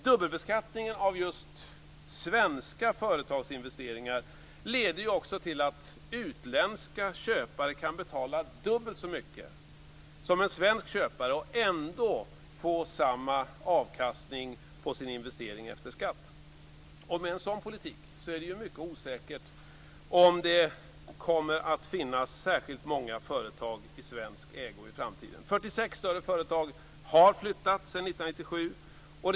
Dubbelbeskattningen av just svenska företagsinvesteringar leder också till att utländska köpare kan betala dubbelt så mycket som en svensk köpare och ändå få samma avkastning på sin investering efter skatt. Med en sådan politik är det mycket osäkert om det kommer att finnas särskilt många företag i svensk ägo i framtiden. 46 större företag har flyttat sedan år 1997.